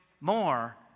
more